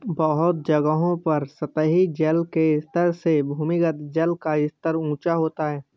बहुत जगहों पर सतही जल के स्तर से भूमिगत जल का स्तर ऊँचा होता है